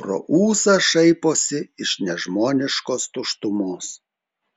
pro ūsą šaiposi iš nežmoniškos tuštumos